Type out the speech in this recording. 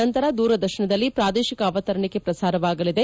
ನಂತರ ದೂರದರ್ಶನದಲ್ಲಿ ಪ್ರಾದೇಶಿಕ ಅವತರಣಿಕೆ ಪ್ರಸಾರವಾಗಲಿದೆ